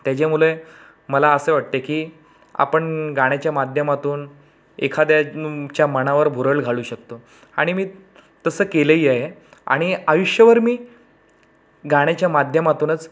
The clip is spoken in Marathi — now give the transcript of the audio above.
त्याच्यामुळे मला असे वाटते की आपण गाण्याच्या माध्यमातून एखाद्या च्या मनावर भुरळ घालू शकतो आणि मी तसं केलंही आहे आणि आयुष्यभर मी गाण्याच्या माध्यमातूनच